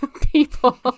people